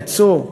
ייצור?